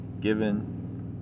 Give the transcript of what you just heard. given